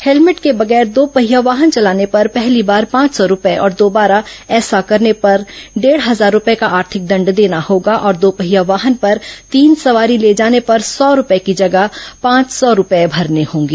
helmet के बगैर दोपहिया वाहन चलाने पर पहली बार पांच सौ रुपये और दोबारा ऐसा करने पर डेढ़ हजार रुपये का आर्थिक दंड देना होगा और दोपहिया वाहन पर तीन सवारी ले जाने पर सौ रुपये की जगह पांच सौ रुपये भरने होंगे